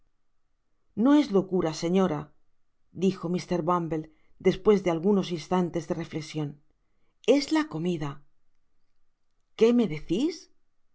no es la locura señora dijo mr bumble despues de algunos instantes de refleccion es la comida que me decis